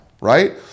right